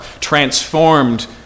transformed